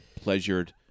pleasured